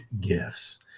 gifts